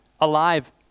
alive